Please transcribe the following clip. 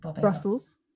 brussels